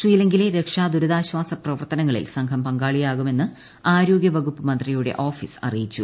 ശ്രീലങ്കയിലെ രക്ഷാ ദുരിതാശ്വാസ പ്രവർത്തനങ്ങളിൽ സംഘം പങ്കാളിയാവുമെന്ന് ആരോഗ്യവകുപ്പ് മന്ത്രിയുടെ ഓഫീസ് അറിയിച്ചു